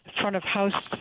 front-of-house